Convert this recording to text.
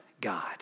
God